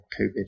Covid